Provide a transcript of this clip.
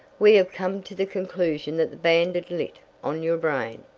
we have come to the conclusion that the bandit lit on your brain.